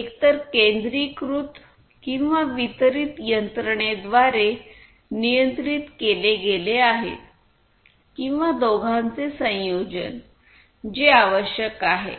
एकतर केंद्रीकृत किंवा वितरित यंत्रणेद्वारे नियंत्रित केले गेले आहे किंवा दोघांचे संयोजनजे आवश्यक आहे